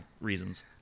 reasons